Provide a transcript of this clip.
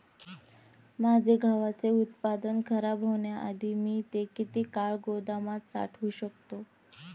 माझे गव्हाचे उत्पादन खराब होण्याआधी मी ते किती काळ गोदामात साठवू शकतो?